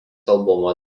albumo